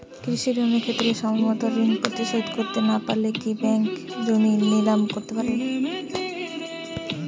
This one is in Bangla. কৃষিঋণের ক্ষেত্রে সময়মত ঋণ পরিশোধ করতে না পারলে কি ব্যাঙ্ক জমি নিলাম করতে পারে?